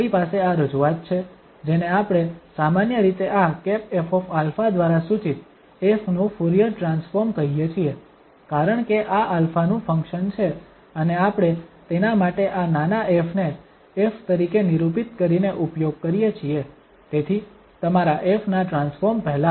આપણી પાસે આ રજૂઆત છે જેને આપણે સામાન્ય રીતે આ ƒα દ્વારા સૂચિત ƒ નું ફુરીયર ટ્રાન્સફોર્મ કહીએ છીએ કારણ કે આ α નું ફંક્શન છે અને આપણે તેના માટે આ નાના 𝑓 ને F તરીકે નિરૂપિત કરીને ઉપયોગ કરીએ છીએ તેથી તમારા ƒ ના ટ્રાન્સફોર્મ પહેલા